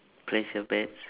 place your bets